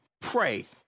Pray